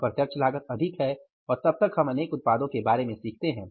अप्रत्यक्ष लागत अधिक है और तब तक हम अनेक उत्पादों के बारे में सीखते हैं